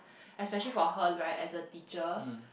especially for her right as a teacher